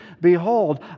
Behold